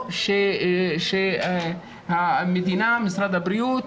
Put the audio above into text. או שהמדינה, משרד הבריאות,